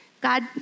God